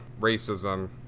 racism